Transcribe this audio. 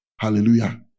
hallelujah